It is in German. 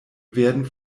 werden